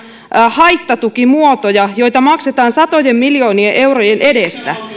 haittatukimuotoja joita maksetaan satojen miljoonien eurojen edestä